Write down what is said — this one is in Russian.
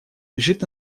лежит